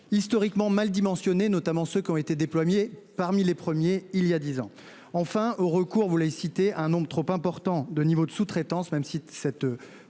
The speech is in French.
historiquement mal dimensionné notamment ceux qui ont été déployés, parmi les premiers, il y a 10 ans enfin au recours, vous l'avez cité un nombre trop important de niveaux de sous-traitance même si cette